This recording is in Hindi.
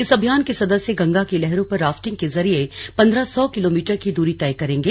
इस अभियान के सदस्य गंगा की लहरों पर राफ्टिंग के जरिए पंद्रह सौ किलोमीटर की दूरी तय करेंगे